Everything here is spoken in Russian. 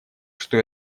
что